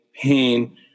pain